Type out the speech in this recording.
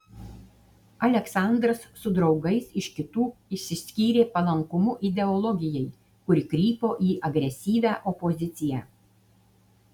aleksandras su draugais iš kitų išsiskyrė palankumu ideologijai kuri krypo į agresyvią opoziciją